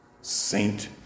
saint